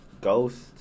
Ghost